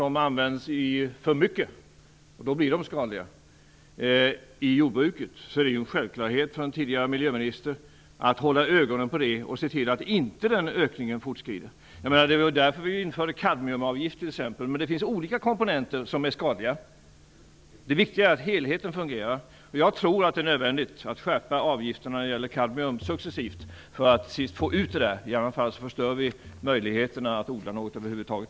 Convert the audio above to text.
Om ämnen används för mycket blir de naturligtvis skadliga. Det är en självklarhet för en tidigare miljöminister att hålla ögonen på detta och se till att ökningen inte fortskrider. Det var ju därför vi t.ex. införde kadmiumavgift. Men det finns olika komponenter som är skadliga, och det viktiga är att helheten fungerar. Jag tror att det är nödvändigt att successivt skärpa kadmiumavgiften för att få bort det - i annat fall förstör vi möjligheterna att odla något över huvud taget.